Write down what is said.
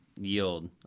yield